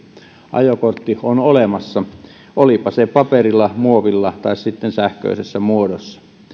ajokortti on olemassa olipa se paperilla muovilla tai sitten sähköisessä muodossa